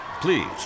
Please